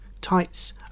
tights